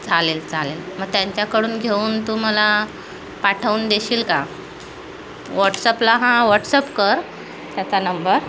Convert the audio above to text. चालेल चालेल मग त्यांच्याकडून घेऊन तू मला पाठवून देशील का वॉट्सअपला हा व्हॉट्सअप कर त्याचा नंबर